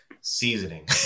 seasoning